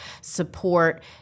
support